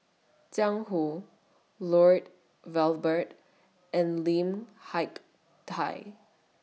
Jiang Hu Lloyd Valberg and Lim Hak Tai